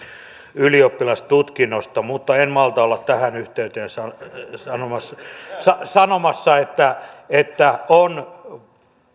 ylioppilastutkinnosta mutta en en malta olla tähän yhteyteen sanomatta että että on